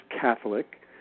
Catholic